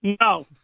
No